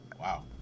Wow